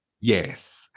Yes